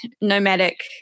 nomadic